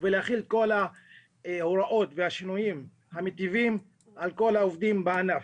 ולהחיל את כל ההוראות והשינויים המיטיבים על כל העובדים בענף.